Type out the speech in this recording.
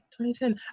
2010